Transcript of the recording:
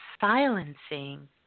silencing